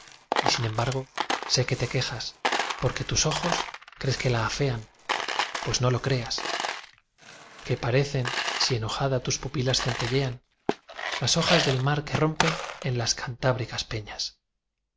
y sin embargo sé que te quejas porque tus ojos crees que la afean pues no lo creas que parecen si enojada tus pupilas centellean las olas del mar que rompen en las cantábricas peñas